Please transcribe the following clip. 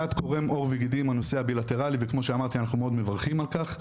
לאט קורם עור וגידים הנושא הבילטרלי ואנחנו מאוד מברכים על כך,